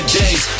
days